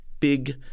Big